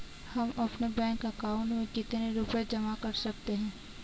हम अपने bank account में कितने रुपये जमा कर सकते हैं?